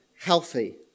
healthy